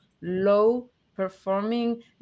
low-performing